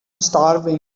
starving